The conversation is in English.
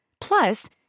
Plus